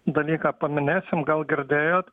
dalyką paminėsim gal girdėjot